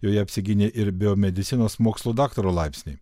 joje apsigynė ir biomedicinos mokslų daktaro laipsnį